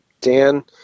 Dan